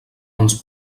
ens